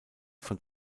von